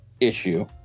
issue